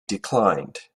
declined